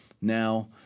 Now